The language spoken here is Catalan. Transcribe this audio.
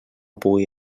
pugui